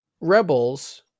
Rebels